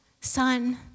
son